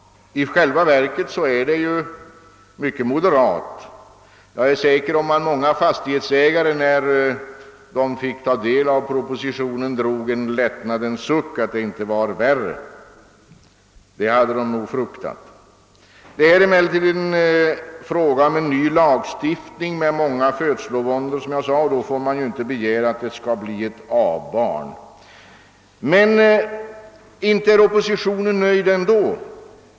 I själva verket är detta mycket moderat. Jag är säker på att många fastighetsägare när de fick ta del av propositionen drog en lättnadens suck över att den inte var värre; det hade de nog fruktat. Det är emelllertid fråga om en ny lagstiftning med många födslovåndor och då får man inte begära att det skall bli ett A-barn. Men inte är oppositionen nöjd ändå.